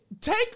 take